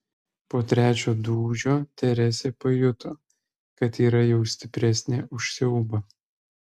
po trečio dūžio teresė pajuto kad yra jau stipresnė už siaubą